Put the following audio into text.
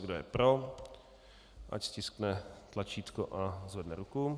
Kdo je pro, ať stiskne tlačítko a zvedne ruku.